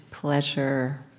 Pleasure